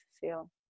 feel